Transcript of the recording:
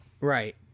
Right